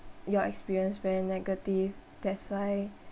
your experience very negative that's why